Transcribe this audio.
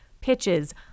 pitches